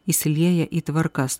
įsilieja į tvarkas